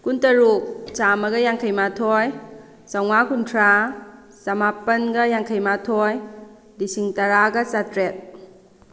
ꯀꯨꯟꯇꯔꯨꯛ ꯆꯥꯝꯃꯒ ꯌꯥꯡꯈꯩ ꯃꯥꯊꯣꯏ ꯆꯥꯝꯃꯉꯥ ꯀꯨꯟꯊ꯭ꯔꯥ ꯆꯃꯥꯄꯜꯒ ꯌꯥꯡꯈꯩ ꯃꯥꯊꯣꯏ ꯂꯤꯁꯤꯡ ꯇꯔꯥꯒ ꯆꯥꯇ꯭ꯔꯦꯠ